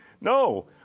No